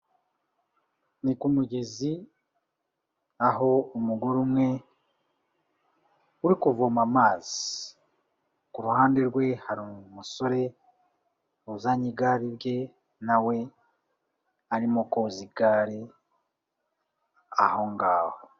Ni ku mugezi aho umugore umwe uri kuvoma amazi, ku ruhande rwe hari umusore uzanye igare rye nawe arimo koza igare aho ngaho.